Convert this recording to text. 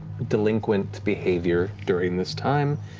delinquent behavior during this time,